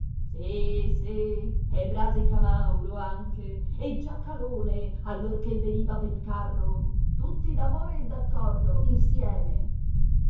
sì sì e brasi camauro anche e giacalone allorché veniva pel carro tutti d'amore e d'accordo insieme